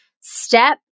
Step